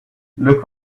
look